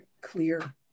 clear